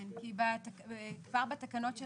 כי כבר בתקנות של